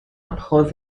opposed